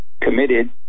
committed